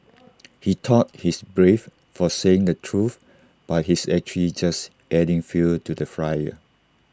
he thought he's brave for saying the truth but he's actually just adding fuel to the fire